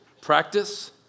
practice